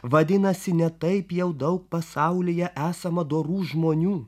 vadinasi ne taip jau daug pasaulyje esama dorų žmonių